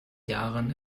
jahren